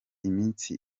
iminsi